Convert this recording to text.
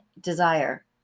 desire